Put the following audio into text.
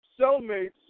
cellmates